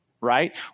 Right